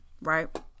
right